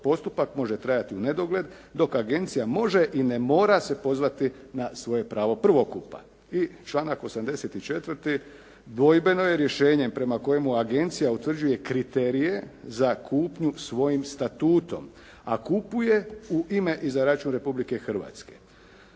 postupak može trajati u nedogled dok agencija može i ne mora se pozvati na svoje pravo prvokupa. I članak 84. dvojbeno je rješenje prema kojem agencija utvrđuje kriterije za kupnju svojim statutom a kupuje u ime i za račun Republike Hrvatske.